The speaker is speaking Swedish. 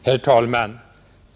Herr talman!